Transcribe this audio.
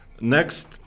next